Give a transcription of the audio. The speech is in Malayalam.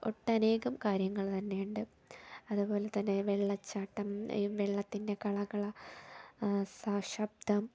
ഒട്ടനേകം കാര്യങ്ങൾ തന്നെയുണ്ട് അതുപോലെ തന്നെ വെള്ളച്ചാട്ടം ഈ വെള്ളത്തിൻ്റെ കള കള സ ശബ്ദം